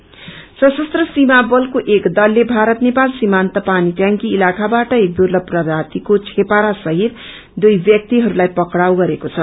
gecko सशस्त्र सीमा बल एसएसबी को एक दलले भारत नेपाल सीमान्त पानीटंकि इलाखाबाट एक दुर्लभ प्रजातिको छेपारा सहित दुई व्यक्तिहरूलाई पकड़ाउ गरेको छ